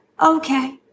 Okay